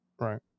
Right